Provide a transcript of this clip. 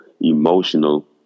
emotional